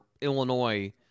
Illinois